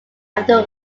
after